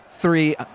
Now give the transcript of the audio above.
three